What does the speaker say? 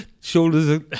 Shoulders